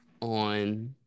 on